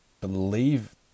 believe